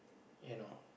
eh no